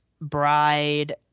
bride